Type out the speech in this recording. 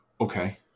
Okay